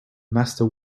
master